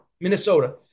Minnesota